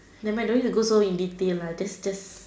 never mind don't need to go so into detail lah just just